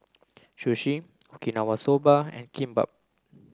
Sushi Okinawa Soba and Kimbap